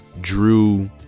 Drew